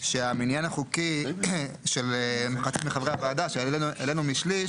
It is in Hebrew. שמניין החוקי של חצי מחברי הוועדה שהעלינו משליש